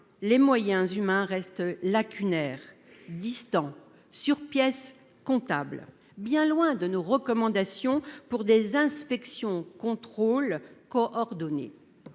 les moyens humains restent lacunaires distant sur pièces comptables, bien loin de nos recommandations pour des inspections contrôle coordonné.